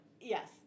yes